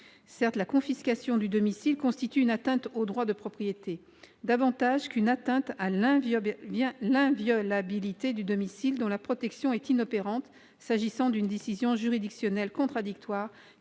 Certes, la confiscation du domicile constitue une atteinte au droit de propriété- davantage qu'à l'inviolabilité du domicile, dont la protection est inopérante s'agissant d'une décision juridictionnelle contradictoire